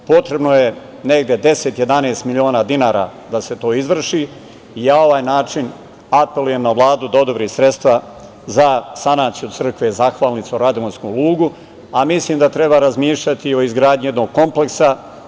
Potrebno je negde 10, 11 miliona dinara da se to izvrši i na ovaj način apelujem na Vladu da odobri sredstva za sanaciju crkve Zahvalnice u Radovanjskom lugu, a mislim da treba razmišljati o izgradnji jednog kompleksa.